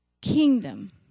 kingdom